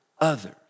others